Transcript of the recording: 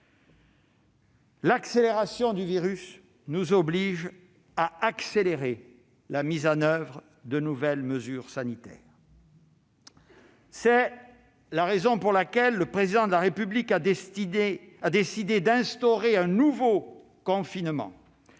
L'accélération du virus nous oblige à presser la mise en oeuvre de nouvelles mesures sanitaires C'est la raison pour laquelle le Président de la République a décidé d'instaurer un nouveau confinement